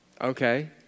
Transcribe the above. Okay